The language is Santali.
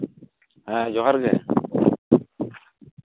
ᱦᱮᱞᱳ ᱦᱮᱸ ᱡᱚᱦᱟᱨᱜᱮ